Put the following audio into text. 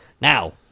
now